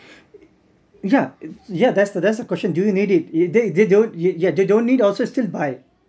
yeah yeah that's the that's the question do you need it it they they don't yeah they don't need also still buy